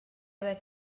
haver